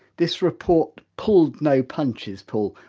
this report called no punches paul,